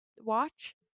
watch